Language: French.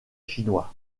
chinois